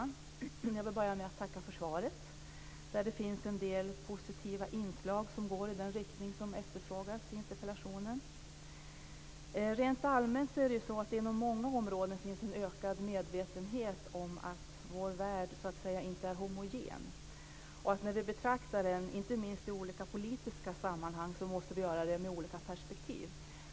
Fru talman! Jag vill börja med att tacka för svaret, där det finns en del positiva inslag som går i den riktning som efterfrågas i interpellationen. Rent allmänt finns det inom många områden en ökad medvetenhet om att vår värld inte är homogen och att när vi betraktar den, inte minst i olika politiska sammanhang, måste vi göra det med olika perspektiv.